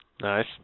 Nice